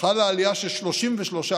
חלה עלייה של 33%